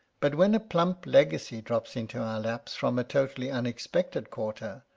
but, when a plump legacy drops into our laps from a totally unexpected quarter,